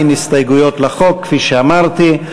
אין הסתייגויות לחוק, כפי שאמרתי.